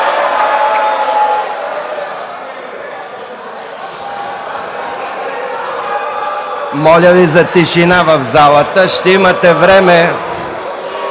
Моля Ви за тишина в залата, ще имате време